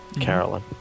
Carolyn